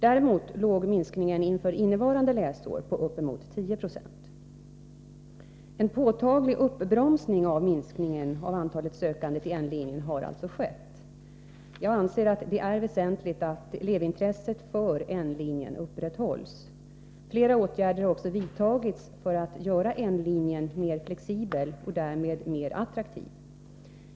Däremot låg minskningen inför innevarande läsår på uppemot 10 96. En påtaglig uppbromsning av minskningen av antalet sökande till N-linjen har alltså skett. Jag anser att det är väsentligt att elevintresset för N-linjen upprätthålls. Flera åtgärder har också vidtagits för att göra N-linjen mer flexibel och därmed mer attraktiv.